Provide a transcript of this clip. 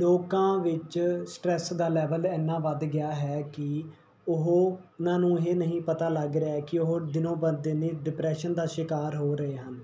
ਲੋਕਾਂ ਵਿੱਚ ਸਟਰੈੱਸ ਦਾ ਲੈਵਲ ਇੰਨਾ ਵੱਧ ਗਿਆ ਹੈ ਕਿ ਉਹ ਉਹਨਾਂ ਨੂੰ ਇਹ ਨਹੀਂ ਪਤਾ ਲੱਗ ਰਿਹਾ ਹੈ ਕਿ ਉਹ ਦਿਨੋ ਬਰ ਦਿਨ ਹੀ ਡਿਪਰੈਸ਼ਨ ਦਾ ਸ਼ਿਕਾਰ ਹੋ ਰਹੇ ਹਨ